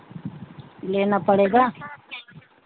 लेना पड़ेगा